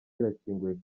irakinguye